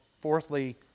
fourthly